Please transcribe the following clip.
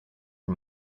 for